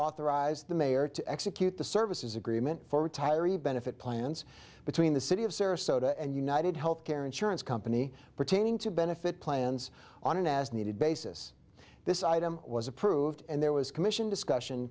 authorize the mayor to execute the services agreement for retiree benefit plans between the city of sarasota and united health care insurance company pertaining to benefit plans on an as needed basis this item was approved and there was commission discussion